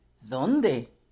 ¿Dónde